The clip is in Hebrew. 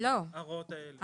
ההוראות האלה.